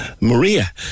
Maria